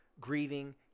grieving